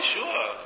sure